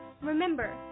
Remember